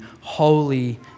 Holy